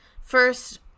First